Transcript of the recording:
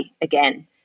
again